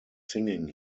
singing